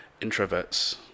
introverts